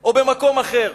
או במקום אחר.